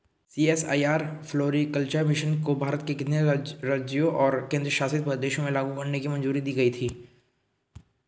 CSIR floriculture mission को भारत के कितने राज्यों और केंद्र शासित प्रदेशों में लागू करने की मंजूरी दी गई थी?